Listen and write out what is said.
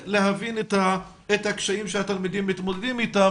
כבר בתחילת המשבר כדי לבין את הקשיים שהתלמידים מתמודדים אתם